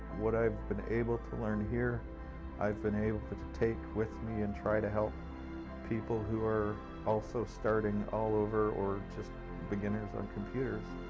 what i've been able to learn here i've been able to to take with me and try to help people who are also starting all over or just beginners on computers.